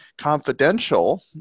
confidential